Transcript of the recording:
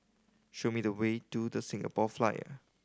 show me the way to The Singapore Flyer